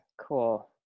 Cool